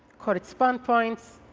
correspond points,